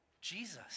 Jesus